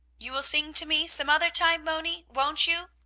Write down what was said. you will sing to me some other time, moni, won't you?